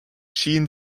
schien